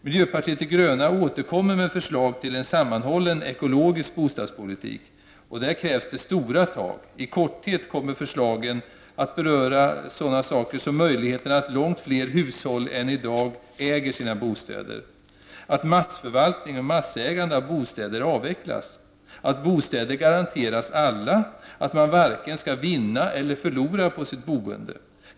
Miljöpartiet de gröna återkommer med förslag till en sammanhållen ekologisk bostadspolitik. Det krävs här stora tag. I korthet kommer förslagen att beröra möjligheterna för långt fler hushåll än i dag att äga sina bostäder, att massförvaltning och massägande av bostäder avvecklas, att bostäder garanterars alla och att man varken skall vinna eller förlora på sitt boende.